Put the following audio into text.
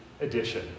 edition